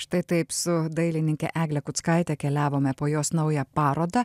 štai taip su dailininke egle kuckaite keliavome po jos naują parodą